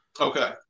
Okay